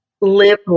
live